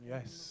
Yes